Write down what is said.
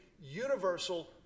universal